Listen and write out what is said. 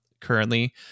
currently